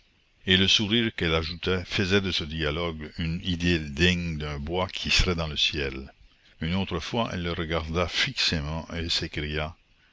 et le sourire qu'elle ajoutait faisait de ce dialogue une idylle digne d'un bois qui serait dans le ciel une autre fois elle le regardait fixement et s'écriait